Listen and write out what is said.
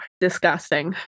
disgusting